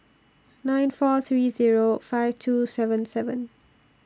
nine four three Zero five two seven seven